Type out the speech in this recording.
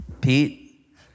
Pete